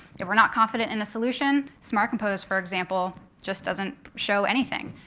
if we're not confident in a solution, smart compose, for example, just doesn't show anything.